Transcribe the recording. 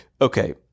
okay